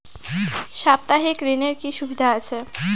সাপ্তাহিক ঋণের কি সুবিধা আছে?